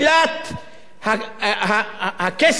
הכסף הציבורי.